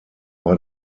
war